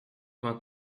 vingt